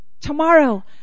Tomorrow